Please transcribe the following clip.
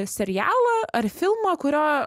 serialą ar filmą kurio